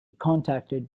contacted